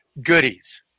goodies